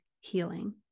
healing